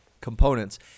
components